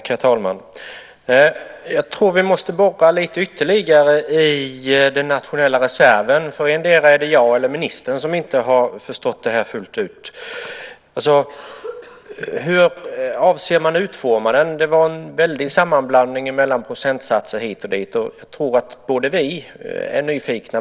Herr talman! Jag tror att vi måste borra ytterligare lite grann i detta med den nationella reserven. Endera är det jag eller också är det ministern som inte har förstått det här fullt ut. Hur avser man att utforma den? Det var en väldig sammanblandning av procentsatser hit och dit. Vi är väl nyfikna.